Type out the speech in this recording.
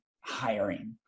hiring